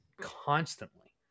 constantly